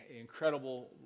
incredible